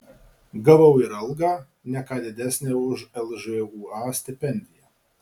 gavau ir algą ne ką didesnę už lžūa stipendiją